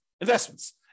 investments